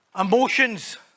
emotions